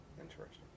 interesting